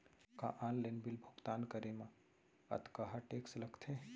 का online bill भुगतान करे मा अक्तहा टेक्स लगथे?